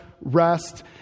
rest